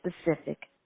specific